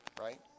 right